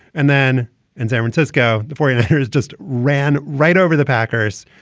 and then in san francisco, forty nine ers just ran right over the packers.